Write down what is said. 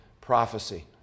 prophecy